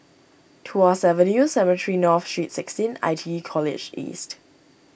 Tuas Avenue Cemetry North Street sixteen I T E College East